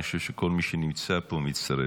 אני חושב שכל מי שנמצא פה מצטרף,